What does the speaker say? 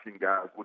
guys